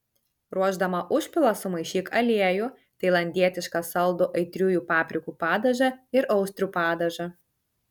ruošdama užpilą sumaišyk aliejų tailandietišką saldų aitriųjų paprikų padažą ir austrių padažą